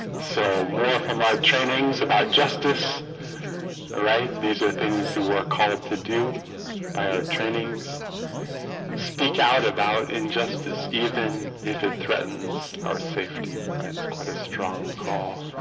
so more from our trainings about justice right these are things who are called to do by our trainings speak out about injustice even if it threatens our safety it's quite a strong call